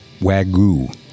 wagyu